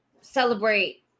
celebrate